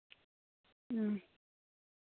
ᱦᱮᱸ